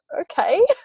okay